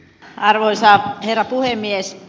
arvoisa herra puhemies